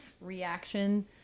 reaction